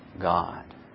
God